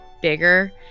bigger